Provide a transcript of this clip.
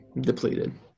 depleted